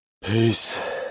Peace